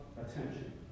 attention